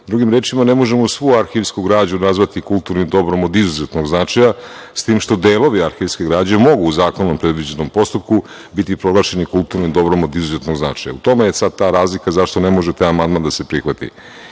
rečima, ne možemo svu arhivsku građu nazvati kulturnim dobrom od izuzetnog značaja, s tim što delovi arhivske građe mogu u zakonom predviđenom postupku biti proglašeni kulturnim dobrom od izuzetnog značaja. U tome je sad ta razlika zašto ne može taj amandman da se